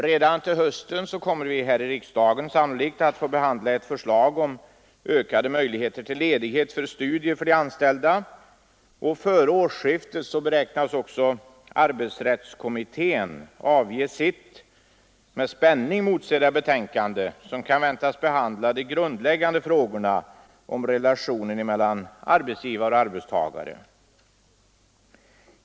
Redan till hösten kommer vi här i riksdagen sannolikt att få ta ställning till ett förslag om ökade möjligheter till ledighet för studier för de anställda. Före årsskiftet beräknas också arbetsrättskommittén avge sitt med spänning motsedda betänkande, som kan väntas behandla de grundläggande frågorna om relationen mellan arbetsgivare och arbetstagare.